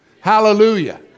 Hallelujah